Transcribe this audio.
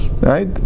Right